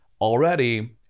already